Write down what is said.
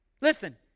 Listen